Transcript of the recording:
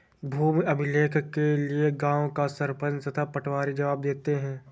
भूमि अभिलेख के लिए गांव का सरपंच तथा पटवारी जवाब देते हैं